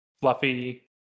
fluffy